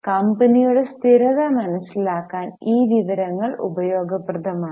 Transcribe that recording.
കമ്പനിയുടെ സ്ഥിരത മനസിലാക്കാൻ ഈ വിവരങ്ങൾ ഉപയോഗപ്രദമാണ്